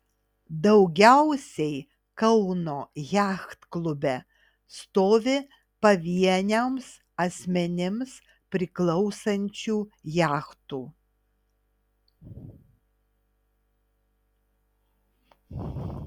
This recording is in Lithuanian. daugiausiai kauno jachtklube stovi pavieniams asmenims priklausančių jachtų